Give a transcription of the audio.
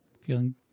feeling